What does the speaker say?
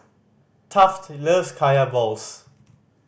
Taft loves Kaya balls